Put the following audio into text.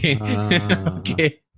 okay